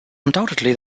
undoubtedly